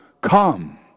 Come